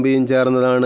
തോന്നി അത്